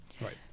Right